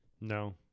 No